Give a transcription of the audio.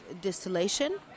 distillation